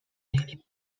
mieli